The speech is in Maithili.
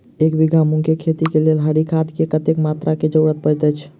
एक बीघा मूंग केँ खेती केँ लेल हरी खाद केँ कत्ते मात्रा केँ जरूरत पड़तै अछि?